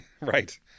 Right